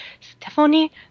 Stephanie